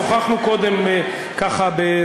שוחחנו ככה קודם,